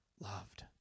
loved